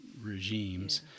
regimes